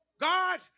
God